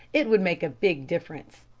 it would make a big difference.